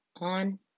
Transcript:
on